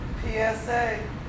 PSA